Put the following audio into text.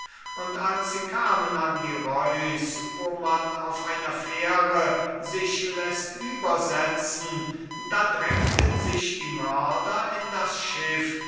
und als sie kamen an die reuss wo man auf einer fähre sich lässt übersetzen da drängten sich die mörder in das schiff